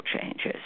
changes